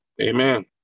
Amen